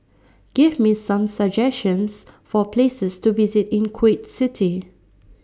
Give Me Some suggestions For Places to visit in Kuwait City